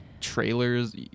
trailers